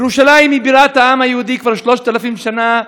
ירושלים היא בירת העם היהודי כבר 3,000 שנה,